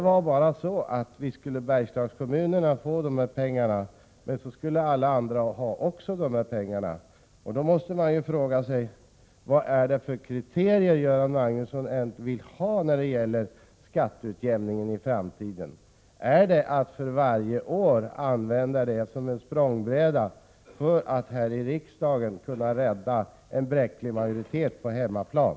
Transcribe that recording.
Visst skulle Bergslagskommunerna få pengar, men så skulle alla andra också ha de pengarna, och då måste man ju fråga sig: Vilka kriterier vill Göran Magnusson ha för skatteutjämningen i framtiden? Är det att för varje år använda skatteutjämningen som en språngbräda för att här i riksdagen kunna rädda en bräcklig majoritet på hemmaplan?